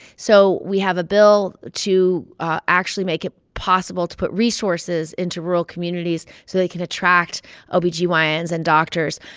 so we have a bill to actually make it possible to put resources into rural communities so they can attract ob-gyns and doctors.